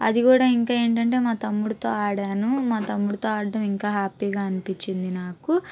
అది కూడా ఇంకా ఏంటంటే మా తమ్ముడితో ఆడాను మా తమ్ముడితో ఆడడం ఇంకా హ్యాపీగా అనిపించింది నాకు